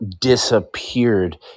disappeared